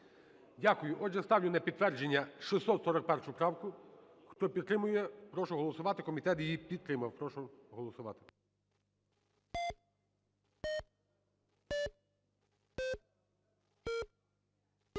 Дякую. Отже, ставлю на підтвердження 641 правку. Хто підтримує, прошу голосувати. Комітет її підтримав, прошу голосувати.